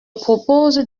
propose